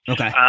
Okay